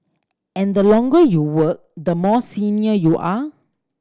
and the longer you work the more senior you are